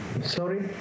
sorry